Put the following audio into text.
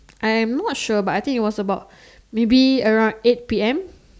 I am not sure but I think it was about maybe around eight P_M